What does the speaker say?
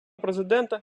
президента